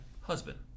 husband